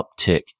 uptick